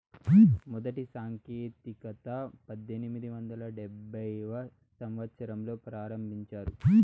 మొదటి సాంకేతికత పద్దెనిమిది వందల డెబ్భైవ సంవచ్చరంలో ప్రారంభించారు